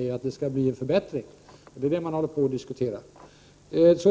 är dock att det skall bli en förbättring. Det är det som man håller på att diskutera.